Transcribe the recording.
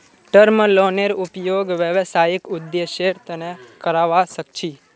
term लोनेर उपयोग व्यावसायिक उद्देश्येर तना करावा सख छी